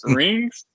rings